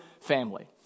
family